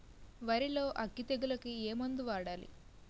వరిలో అగ్గి తెగులకి ఏ మందు వాడాలి?